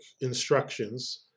instructions